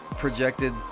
projected